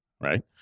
right